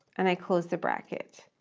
and i close the bracket?